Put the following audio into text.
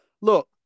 Look